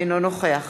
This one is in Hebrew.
אינו נוכח